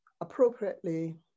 appropriately